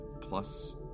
plus